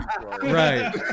Right